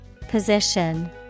Position